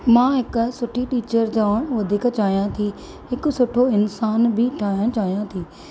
मां हिकु सुठी टीचर ठहिणु वधीक चाहियां थी हिकु सुठो इंसान बि ठाहिणु चाहियां थी